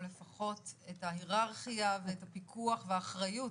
או לפחות את ההיררכיה ואת הפיקוח והאחריות